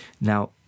Now